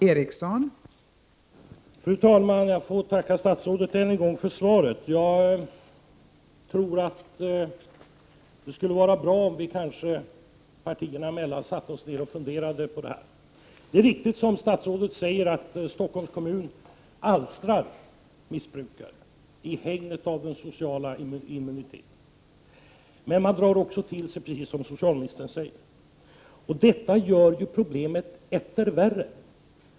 Fru talman! Jag tackar statsrådet även för det svaret. Jag tror att det skulle 9 december 1988 vara bra om företrädare för partierna gemensamt satte sig ned och funderade på detta problem. Det är riktigt som statsrådet säger att Stockholm alstrar missbrukare i hägnet av den sociala immuniteten. Precis som socialministern säger drar kommunen också till sig missbrukare. Det gör ju problemet etter värre.